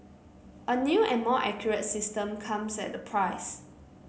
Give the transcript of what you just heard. a new and more accurate system comes at a price